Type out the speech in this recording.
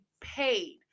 paid